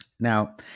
Now